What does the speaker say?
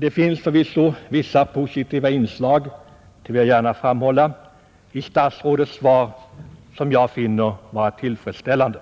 Det finns förvisso, detta vill jag gärna framhålla, vissa positiva inslag i statsrådets svar, som jag anser tillfredsställande.